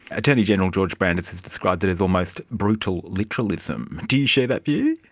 attorney general george brandis has described it as almost brutal literalism. do you share that view?